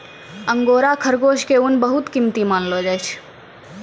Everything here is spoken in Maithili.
अंगोरा खरगोश के ऊन बहुत कीमती मानलो जाय छै